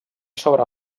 sobre